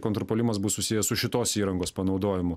kontrpuolimas bus susijęs su šitos įrangos panaudojimu